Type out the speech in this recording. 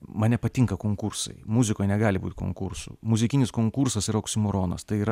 man nepatinka konkursai muzikoj negali būt konkursų muzikinis konkursas yra oksimoronas tai yra